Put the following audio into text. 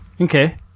Okay